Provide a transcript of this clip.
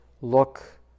look